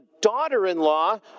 daughter-in-law